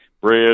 bread